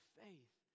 faith